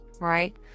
right